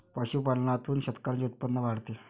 पशुपालनातून शेतकऱ्यांचे उत्पन्न वाढते